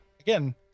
Again